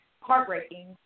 heartbreaking